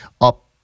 up